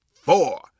four